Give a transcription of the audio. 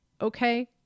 Okay